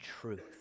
truth